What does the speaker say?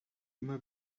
immer